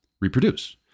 reproduce